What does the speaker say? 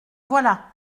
voilà